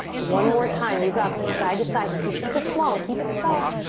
one more time. you got this side to side. you can keep it small. keep it small.